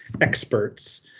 experts